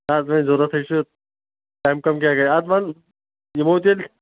نہ حظ وۄنۍ ضوٚرَتھَے چھُ تَمہِ کَم کیاہ گژھِ اَتھ بنان یِمو تیٚلہِ